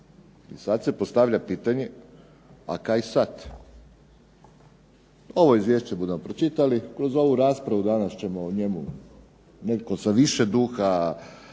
sad se postavlja pitanje a kaj sad? Ovo izvješće budemo pročitali, kroz ovu raspravu danas ćemo o njemu netko sa više duha,